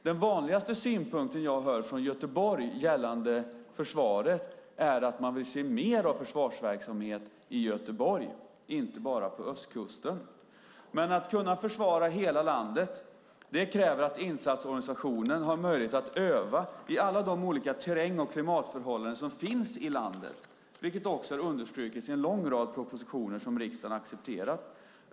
Den vanligaste synpunkten jag hör från Göteborg gällandet försvaret är att man vill se mer av försvarsverksamhet i Göteborg och inte bara på ostkusten. Men för att kunna försvara hela landet krävs att insatsorganisationen har möjlighet att öva i alla de olika terräng och klimatförhållanden som finns i landet, vilket också har understrukits i en lång rad propositioner som riksdagen har accepterat.